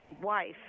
wife